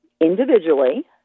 individually